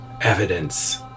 evidence